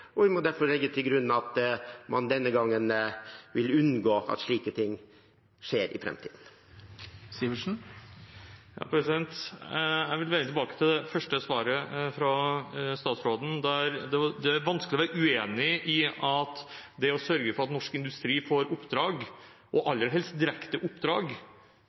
og vi må derfor legge til grunn at man denne gangen vil unngå at slike ting skjer i framtiden. Jeg vil vende tilbake til det første svaret fra statsråden. Det er vanskelig å være uenig i at det å sørge for at norsk industri får oppdrag, og aller helst direkte oppdrag,